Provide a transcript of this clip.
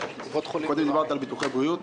קודם דיברת על ביטוחי בריאות.